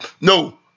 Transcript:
No